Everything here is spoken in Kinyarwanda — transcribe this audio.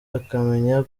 akamenya